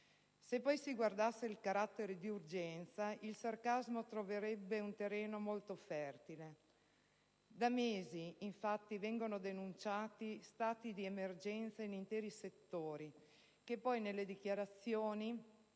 Se poi si guardasse il carattere di urgenza, il sarcasmo troverebbe un terreno fertilissimo. Da mesi, infatti, vengono denunciati stati di emergenza in interi settori, che poi nelle dichiarazioni